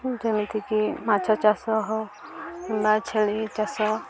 ଯେମିତିକି ମାଛ ଚାଷ ହଉ ବା ଛେଳି ଚାଷ